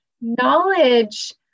knowledge